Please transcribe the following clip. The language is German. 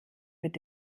mit